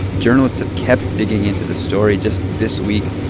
journalists have kept digging into the story. just this week,